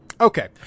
Okay